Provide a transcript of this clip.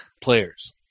players